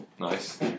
Nice